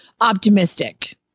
optimistic